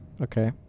Okay